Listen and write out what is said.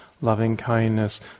loving-kindness